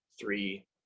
three